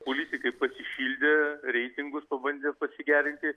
politikai pasišildė reitingus pabandė pasigerinti